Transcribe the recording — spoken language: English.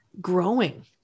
growing